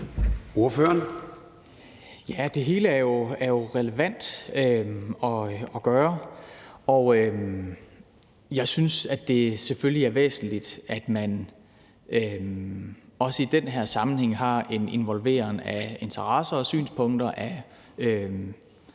det hele er jo relevant at gøre, og jeg synes selvfølgelig også, det er væsentligt, at man i den her sammenhæng har en involvering af interesser og synspunkter